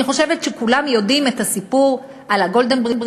אני חושבת שכולם יודעים את הסיפור על ה-Golden Gate Bridge,